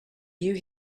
you